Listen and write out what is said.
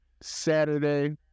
saturday